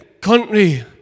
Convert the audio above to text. country